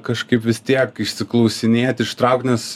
kažkaip vis tiek išsiklausinėt ištraukt nes